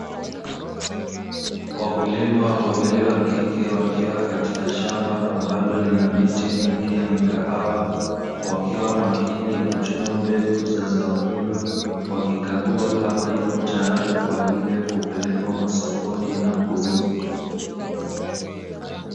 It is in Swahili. Wakulima wawili wa kike wakiwa katika shamba ambalo lina miti mingi ya mikahawa, wakiwa makini kuchuma mbegu za zao hilo wakikagua kama ipo tayari, kwa ajili ya kupelekwa masokoni na kuuzwa.